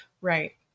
Right